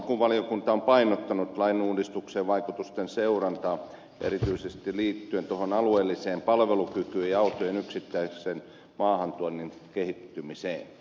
samoin valiokunta on painottanut lainuudistuksen vaikutusten seurantaa erityisesti liittyen tuohon alueelliseen palvelukykyyn ja autojen yksittäisen maahantuonnin kehittymiseen